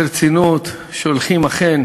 ברצינות, שהולכים אכן